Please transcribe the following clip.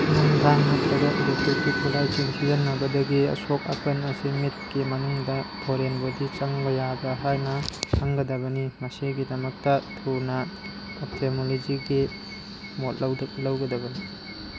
ꯅꯨꯡꯗꯥꯡ ꯅꯠꯇ꯭ꯔꯒ ꯏꯂꯦꯛꯇ꯭ꯔꯤꯛꯀꯤ ꯈꯨꯠꯂꯥꯏꯁꯤꯡ ꯁꯤꯖꯤꯟꯅꯕꯗꯒꯤ ꯑꯁꯣꯛ ꯑꯄꯟ ꯑꯁꯤ ꯃꯤꯠꯀꯤ ꯃꯅꯨꯡꯗ ꯐꯣꯔꯦꯟ ꯕꯣꯗꯤ ꯆꯪꯕ ꯌꯥꯕ ꯍꯥꯏꯅ ꯈꯪꯒꯗꯕꯅꯤ ꯃꯁꯤꯒꯤꯗꯃꯛꯇ ꯊꯨꯅ ꯑꯣꯞꯊꯥꯜꯃꯣꯂꯣꯖꯤꯒꯤ ꯃꯣꯠ ꯂꯧꯗ ꯂꯧꯒꯗꯕꯅꯤ